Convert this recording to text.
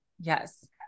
Yes